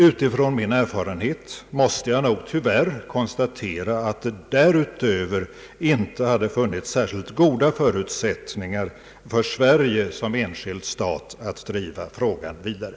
Utifrån min erfarenhet måste jag tyvärr konstatera att det därutöver inte hade funnits särskilt goda förutsättningar för Sverige som enskild stat att driva frågan vidare.